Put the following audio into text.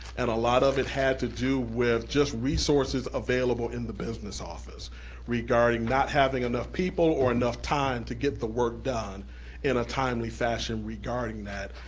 and a lot of it had to do with just resources available in the business office regarding not having enough people or enough time to get the work done in a timely fashion regarding that,